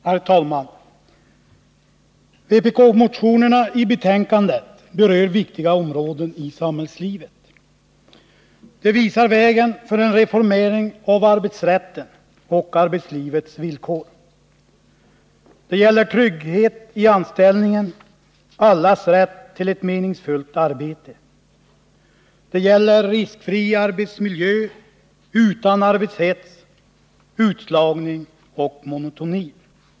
Herr talman! Vpk-motionerna som behandlas i betänkandet berör viktiga områden i samhällslivet. De visar vägen för en reformering av arbetsrätten och arbetslivets villkor. Det gäller trygghet i anställningen, allas rätt till ett meningsfullt arbete. Det gäller riskfri arbetsmiljö utan arbetshets, utslagning och monotoni.